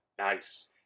Nice